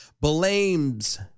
blames